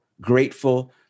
grateful